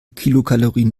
kilokalorien